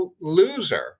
loser